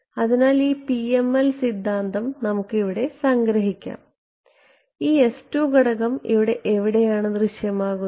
അതിനാൽ ഈ PML സിദ്ധാന്തം നമുക്ക് ഇവിടെ സംഗ്രഹിക്കാം ഈ ഘടകം ഇവിടെ എവിടെയാണ് ദൃശ്യമാകുന്നത്